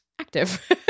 Active